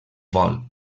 vol